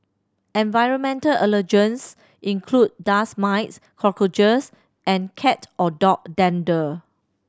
environmental allergens include dust mites cockroaches and cat or dog dander